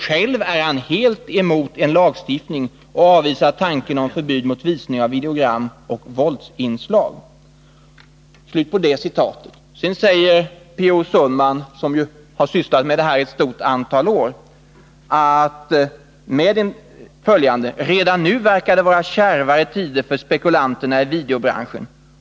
Själv är han helt emot en lagstiftning och avvisar tanken om förbud mot visning av videogram med våldsinslag.” Sedan säger P. O. Sundman, som ju har sysslat med de här frågorna under ett stort antal år, följande: ”Redan nu verkar det vara kärvare tider för spekulanterna i videobranschen.